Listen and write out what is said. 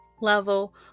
level